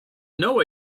know